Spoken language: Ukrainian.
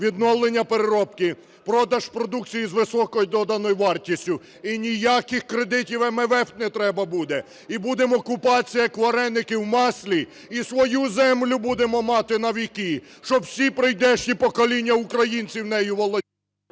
відновлення переробки, продаж продукції з високою доданою вартістю. І ніяких кредитів МВФ не треба буде. І будемо купатися як вареники в маслі і свою землю будемо мати навіки, щоб всі прийдешні покоління українців нею…